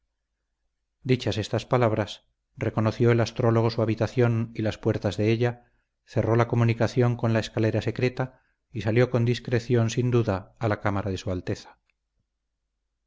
dichas estas palabras reconoció el astrólogo su habitación y las puertas de ella cerró la comunicación con la escalera secreta y salió con dirección sin duda a la cámara de su alteza